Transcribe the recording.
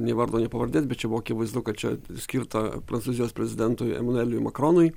nei vardo nei pavardės bet čia buvo akivaizdu kad čia skirta prancūzijos prezidentui emanueliui makronui